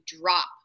drop